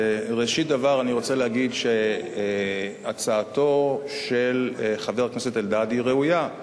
ראשית דבר אני רוצה להגיד שהצעתו של חבר הכנסת אלדד היא ראויה,